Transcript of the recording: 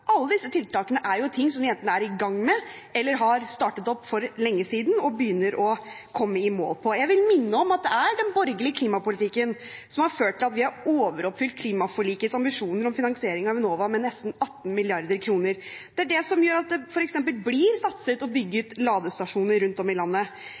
Alle disse tiltakene er ting som vi enten er i gang med, eller har startet opp for lenge siden og begynner å komme i mål med. Jeg vil minne om at det er den borgerlige klimapolitikken som har ført til at vi har overoppfylt klimaforlikets ambisjoner om finansiering av Enova med nesten 18 mrd. kr. Det er det som gjør at det f.eks. blir satset på og